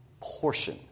portion